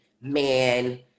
man